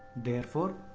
therefore,